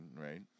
right